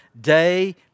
day